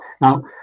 Now